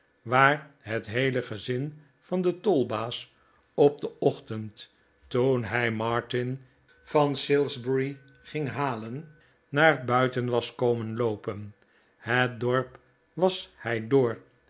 waar het heele gezin van den tolbaas op den ochtend toen hij martin van salisbury ging halen naar buiten was komen loopen het dorp was hij door